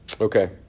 Okay